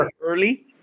early